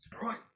Right